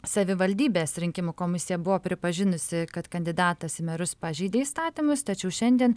savivaldybės rinkimų komisija buvo pripažinusi kad kandidatas į merus pažeidė įstatymus tačiau šiandien